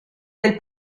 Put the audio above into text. del